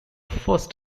first